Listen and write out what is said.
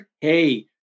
hey